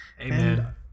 Amen